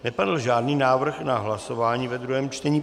Nepadl žádný návrh na hlasování ve druhém čtení.